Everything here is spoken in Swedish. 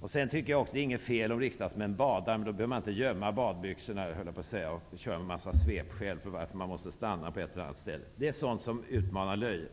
Jag tycker inte att det är något fel om riksdagsmännen badar, men i så fall behöver man inte gömma badbyxorna och komma med en mängd svepskäl till varför man måste stanna på ett visst ställe. Sådant utmanar löjet.